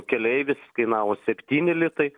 keleivis kainavo septyni litai